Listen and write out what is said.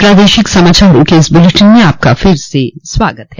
प्रादेशिक समाचारों के इस बुलेटिन में आपका फिर से स्वागत है